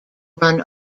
run